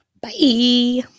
Bye